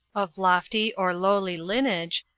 of lofty or lowly lineage,